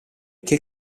che